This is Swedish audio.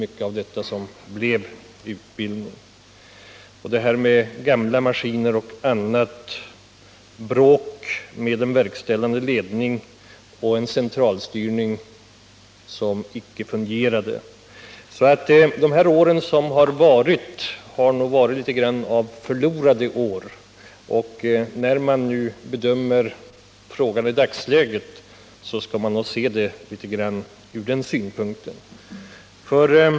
Vidare var en del av maskinparken av äldre modell. Det blev också motsättningar med verkställande ledningen, och det var en centralstyrning som inte fungerade. De år som har gått har nog varit litet av förlorade år ur denna synpunkt. När man bedömer frågan i dagsläget bör man därför komma ihåg vad som skett under inkörningsåren.